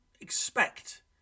expect